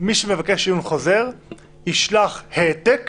מי שמבקש עיון חוזר ישלח העתק